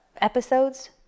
episodes